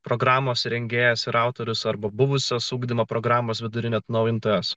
programos rengėjas ir autorius arba buvusios ugdymo programos vidury neatnaujintas